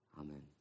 Amen